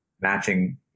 matching